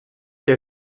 der